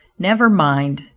never mind,